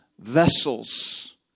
vessels